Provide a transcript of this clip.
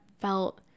felt